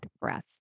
breath